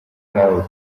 nawe